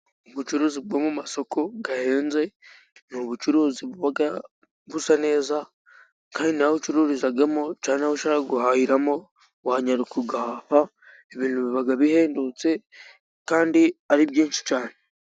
Ubucuruzi bwo mu masoko ahenze, ni ubucuruzi buba busa neza, kandi nawe ucururizamo cyangwa ushaka guhahiramo, wanyaruka ugahaha, ibintu biba bihendutse kandi ari byinshi cyane.